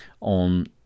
on